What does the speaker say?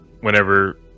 whenever